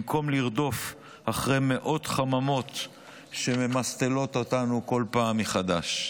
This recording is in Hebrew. במקום לרדוף אחרי מאות חממות שממסטלות אותנו בכל פעם מחדש?